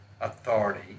authority